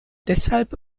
deshalb